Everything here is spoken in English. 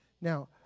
Now